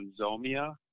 Zomia